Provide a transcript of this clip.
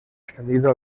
ascendido